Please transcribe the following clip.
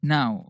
Now